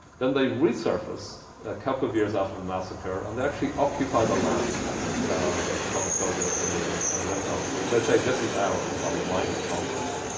then they resurface a couple of years after the massacre, and they actually occupy the land that the conestoga indians had lived on. they say, this is ours by right of conquest.